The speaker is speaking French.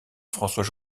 françois